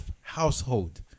household